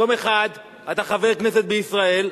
יום אחד אתה חבר כנסת בישראל,